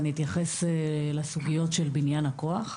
אני אתייחס לסוגיות של בניין הכוח.